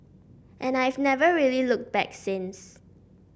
and I've never really looked back since